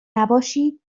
نباشید